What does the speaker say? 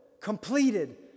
completed